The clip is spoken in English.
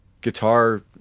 guitar